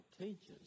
teaches